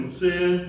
sin